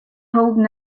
holding